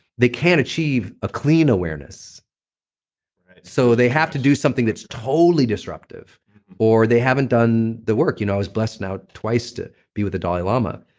they can achieve a clean awareness so they have to do something that's totally disruptive or they haven't done the work. you know i was blessed now twice to be with the dalai lama.